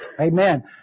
Amen